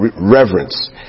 reverence